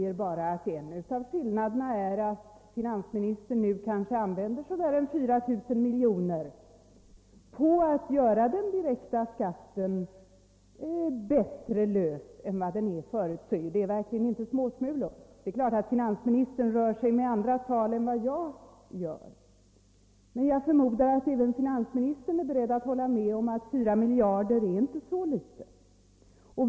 En av skillnaderna är att finansministern nu kanske använder 4 miljarder kronor för att göra den direkta skatten bättre utformad än den hittills varit, och det är inte småsmulor. Det är klart att finansministern rör sig med andra tal än jag, men jag förmodar att även han är beredd att hålla med om att 4 miljarder inte är så litet.